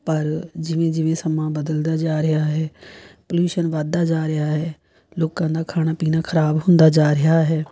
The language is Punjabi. ਪਰ ਜਿਵੇਂ ਜਿਵੇਂ ਸਮਾਂ ਬਦਲਦਾ ਜਾ ਰਿਹਾ ਹੈ ਪਲਿਊਸ਼ਨ ਵੱਧਦਾ ਜਾ ਰਿਹਾ ਹੈ ਲੋਕਾਂ ਦਾ ਖਾਣਾ ਪੀਣਾ ਖਰਾਬ ਹੁੰਦਾ ਜਾ ਰਿਹਾ ਹੈ